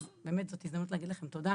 אז באמת זאת הזדמנות להגיד לכם תודה.